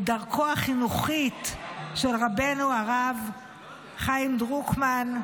את דרכו החינוכית של רבנו הרב חיים דרוקמן,